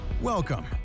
Welcome